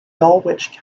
dulwich